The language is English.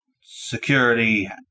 security